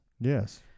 Yes